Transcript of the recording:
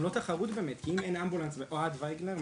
אוהד וייגלר,